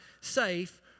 safe